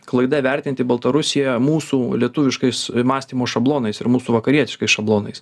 klaida vertinti baltarusiją mūsų lietuviškais mąstymo šablonais ir mūsų vakarietiškais šablonais